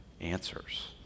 answers